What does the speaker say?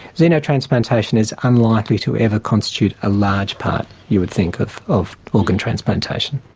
xenotransplantation is unlikely to ever constitute a large part, you would think, of of organ transplantation.